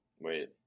wait